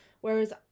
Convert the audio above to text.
Whereas